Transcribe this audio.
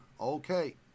okay